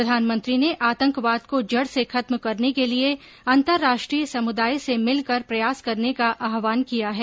प्रधानमंत्री ने आतंकवाद को जड़ से खत्म करने के लिए अंतर्राष्ट्रीय समुदाय से मिलकर प्रयास करने का आह्वान किया है